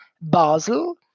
Basel